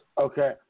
Okay